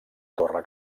torre